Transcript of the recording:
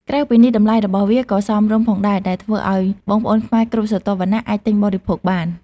ក្រៅពីនេះ តម្លៃរបស់វាក៏សមរម្យផងដែរ ដែលធ្វើឲ្យបងប្អូនខ្មែរគ្រប់ស្រទាប់វណ្ណៈអាចទិញបរិភោគបាន។